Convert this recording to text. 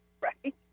Right